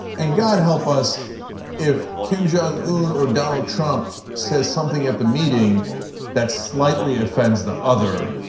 and god help us if kim jong-un or donald trump says something at the meeting that slightly offends the other.